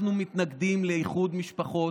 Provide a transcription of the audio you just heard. אנחנו מתנגדים לאיחוד משפחות.